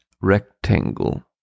rectangle